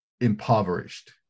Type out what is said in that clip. impoverished